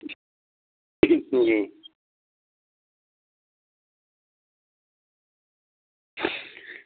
जी